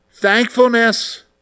Thankfulness